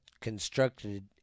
constructed